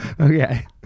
Okay